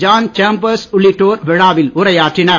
John Chambers உள்ளிட்டோர் விழாவில் உரையாற்றினர்